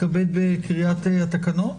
תתכבד בקריאת התקנות?